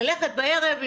ללכת בערב,